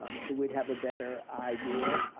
ah so we'd have a better idea.